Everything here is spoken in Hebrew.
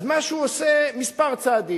אז מה שהוא עושה, כמה צעדים: